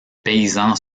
paysans